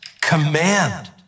command